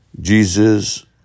Jesus